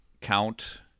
count